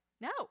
no